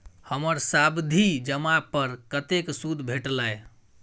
हमर सावधि जमा पर कतेक सूद भेटलै?